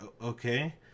okay